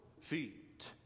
feet